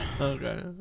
Okay